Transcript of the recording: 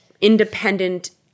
independent